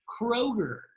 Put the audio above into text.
Kroger